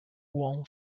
won